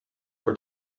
for